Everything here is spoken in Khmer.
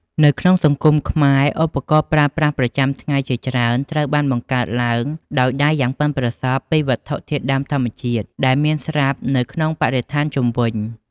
នៅក្នុងសង្គមខ្មែរ ឧបករណ៍ប្រើប្រាស់ប្រចាំថ្ងៃជាច្រើនត្រូវបានបង្កើតឡើងដោយដៃយ៉ាងប៉ិនប្រសប់ពីវត្ថុធាតុដើមធម្មជាតិ ដែលមានស្រាប់នៅក្នុងបរិស្ថានជុំវិញខ្លួន។